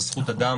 זו זכות אדם.